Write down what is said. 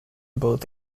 both